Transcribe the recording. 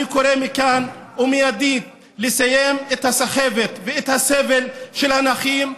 אני קורא מכאן מיידית לסיים את הסחבת ואת הסבל של הנכים,